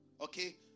okay